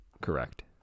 correct